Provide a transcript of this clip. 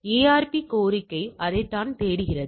ARP கோரிக்கை அதைத்தான் தேடுகிறது